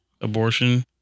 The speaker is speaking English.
abortion